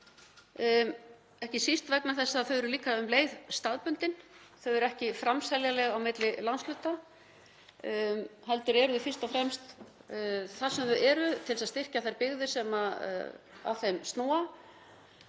ekki síst vegna þess að þau eru líka um leið staðbundin. Þau eru ekki framseljanleg á milli landshluta heldur eru þau fyrst og fremst þar sem þau eru til þess að styrkja þær byggðir sem að þeim snúa.